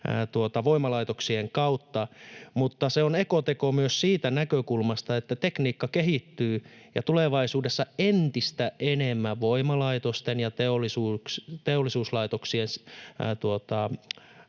voimalaitoksien kautta, mutta se on ekoteko myös siitä näkökulmasta, että tekniikka kehittyy ja tulevaisuudessa entistä enemmän voimalaitosten ja teollisuuslaitoksien